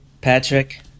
Patrick